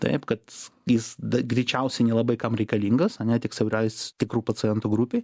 taip kad jis greičiausiai nelabai kam reikalingas ane tik siaurais tikrų pacientų grupei